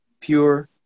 pure